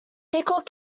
pickled